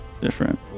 different